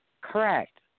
Correct